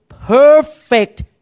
Perfect